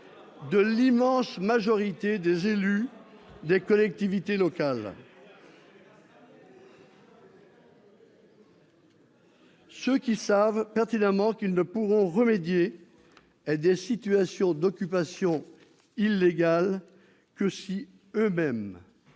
l'immense majorité des élus des collectivités locales, ceux qui savent pertinemment qu'ils ne pourront remédier à des situations d'occupation illégale que si eux-mêmes